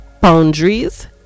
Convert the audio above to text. Boundaries